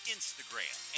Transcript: Instagram